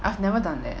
I've never done that